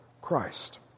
Christ